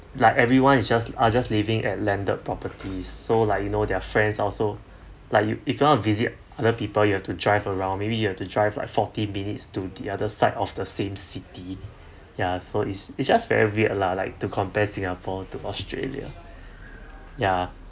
like everyone is just are just living at landed properties so like you know their friends also like you if you wanna visit other people you have to drive around maybe you have to drive like forty minutes to the other side of the same city ya so it's it's just very weird lah like to compare singapore to australia ya